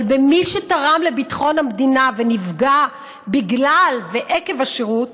אבל מי שתרם לביטחון המדינה ונפגע בגלל ועקב השירות,